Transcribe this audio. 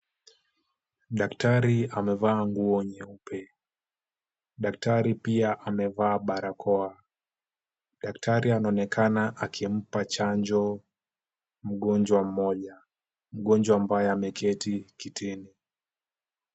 Daktari amevaa nguo nyeupe. Daktari pia amevaa barakoa. Daktari anaonekana akimpa chanjo mgonjwa mmoja, mgonjwa ambaye ameketi kitini.